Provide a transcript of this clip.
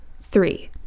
Three